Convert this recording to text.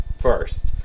first